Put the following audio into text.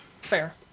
fair